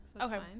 Okay